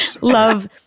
love